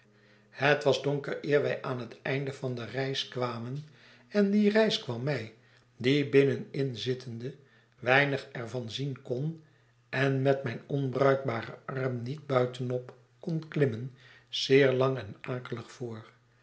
het was donker eer wij aan het einde van de reis kwamen en die reis kwam mij die binnenin zittende weinig er van zien kon en met mijn onbruikbaren arm niet buitenop kon klimmen zeer lang en akelig voor